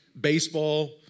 baseball